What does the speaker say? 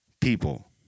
people